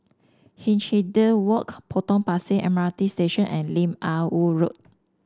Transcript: Hindhede Walk Potong Pasir M R T Station and Lim Ah Woo Road